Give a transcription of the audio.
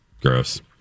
Gross